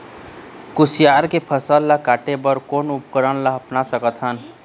कुसियार के फसल ला काटे बर कोन उपकरण ला अपना सकथन?